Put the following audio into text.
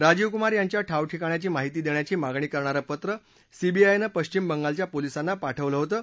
राजीव कुमार यांच्या ठावठिकाण्याची माहिती देण्याची मागणी करणारं पत्र सीबीआयनं पश्विम बंगालच्या पोलिसांना पाठवलं होतं